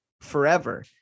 forever